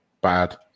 bad